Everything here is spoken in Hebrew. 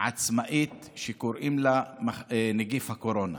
עצמאית שקוראים לה נגיף הקורונה.